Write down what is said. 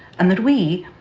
and that we